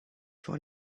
for